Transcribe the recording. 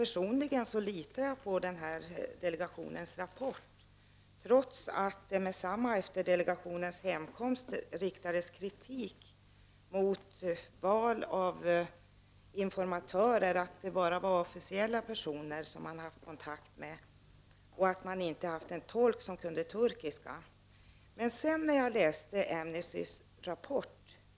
Personligen litar jag på den här delegationens rapport, trots att det omedelbart efter delegationens hemkomst riktades kritik mot valet av informatörer, dvs. att delegationen hade haft kontakt bara med officiella personer, och mot att man inte haft tillgång till en turkisk tolk. Men sedan läste jag Amnestys rapport.